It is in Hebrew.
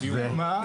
היא הוקמה,